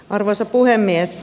arvoisa puhemies